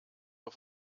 auf